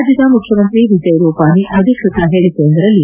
ರಾಜ್ಲದ ಮುಖ್ಯಮಂತ್ರಿ ವಿಜಯ್ ರೂಪಾನಿ ಅಧಿಕೃತ ಹೇಳಿಕೆಯೊಂದರಲ್ಲಿ